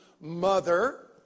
mother